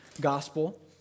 gospel